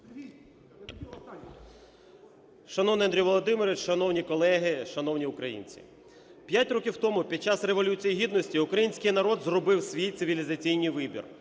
Шановний Андрію Володимировичу, шановні колеги, шановні українці! 5 років тому, під час Революції Гідності український народ зробив свій цивілізаційний вибір,